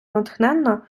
натхненна